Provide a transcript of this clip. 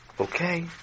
okay